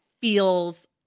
feels